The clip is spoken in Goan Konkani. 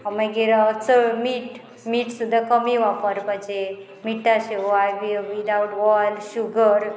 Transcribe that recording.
मागीर चड मीठ मिट सुद्दां कमी वापरपाचे मीठा शेव I be without oil sugar